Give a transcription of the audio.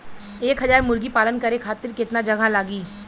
एक हज़ार मुर्गी पालन करे खातिर केतना जगह लागी?